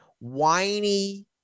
whiny